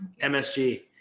MSG